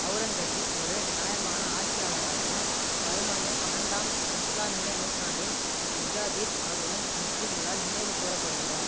ஒளரங்கசீப் ஒரு நியாயமான ஆட்சியாளராகவும் பதினொன்னு பன்னெண்டாம் இஸ்லாமிய நூற்றாண்டின் முஜாதித் ஆகவும் முஸ்லிம்களால் நினைவுக் கூறப்படுகிறார்